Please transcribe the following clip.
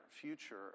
future